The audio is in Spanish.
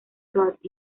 scott